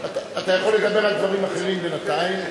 על דברים אחרים בינתיים.